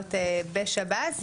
שעות בשב"ס,